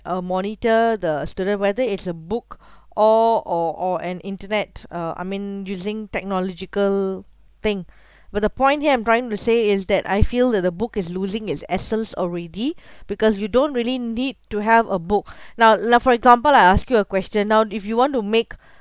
uh monitor the student whether it's a book or or or an internet uh I mean using technological thing where the point here I'm trying to say is that I feel that the book is losing its essence already because you don't really need to have a book now now for an example lah I ask you a question now if you want to make